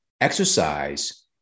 exercise